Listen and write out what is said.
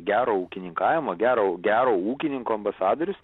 gero ūkininkavimo gero gero ūkininko ambasadorius